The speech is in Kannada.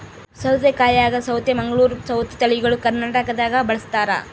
ಸೌತೆಕಾಯಾಗ ಸೌತೆ ಮಂಗಳೂರ್ ಸೌತೆ ತಳಿಗಳು ಕರ್ನಾಟಕದಾಗ ಬಳಸ್ತಾರ